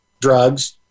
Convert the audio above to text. drugs